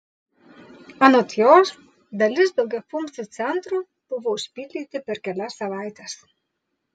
anot jos dalis daugiafunkcių centrų buvo užpildyti per kelias savaites